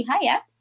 Hiya